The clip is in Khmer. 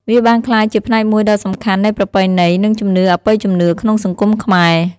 វាបានក្លាយជាផ្នែកមួយដ៏សំខាន់នៃប្រពៃណី និងជំនឿអបិយជំនឿក្នុងសង្គមខ្មែរ។